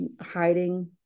hiding